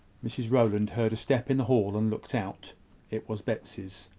mrs rowland heard a step in the hall, and looked out it was betsy's.